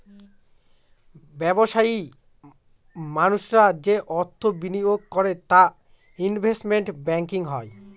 ব্যবসায়ী মানুষরা যে অর্থ বিনিয়োগ করে তা ইনভেস্টমেন্ট ব্যাঙ্কিং হয়